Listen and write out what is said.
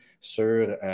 sur